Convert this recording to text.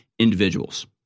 individuals